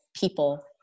people